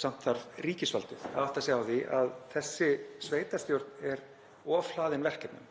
samt þarf ríkisvaldið að átta sig á því að þessi sveitarstjórn er ofhlaðin verkefnum.